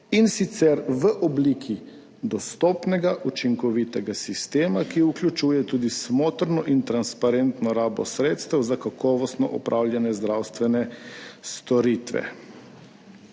in sicer v obliki dostopnega, učinkovitega sistema, ki vključuje tudi smotrno in transparentno rabo sredstev za kakovostno opravljanje zdravstvene storitve.